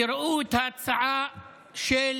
תראו את ההצעה של